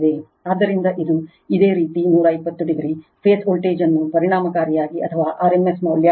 ಆದ್ದರಿಂದ ಇದು ಇದೇ ರೀತಿ 120 o ಫೇಸ್ ವೋಲ್ಟೇಜ್ನ ಪರಿಣಾಮಕಾರಿ ಅಥವಾ rms ಮೌಲ್ಯ